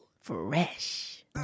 Fresh